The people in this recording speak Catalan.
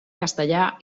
castellà